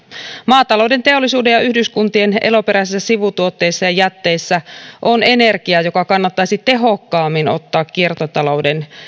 maatalouden teollisuuden ja yhdyskuntien eloperäisissä sivutuotteissa ja jätteissä on energiaa joka kannattaisi tehokkaammin ottaa kiertotalouden